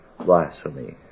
blasphemy